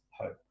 hope